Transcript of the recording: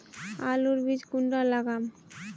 आलूर बीज कुंडा लगाम?